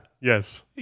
yes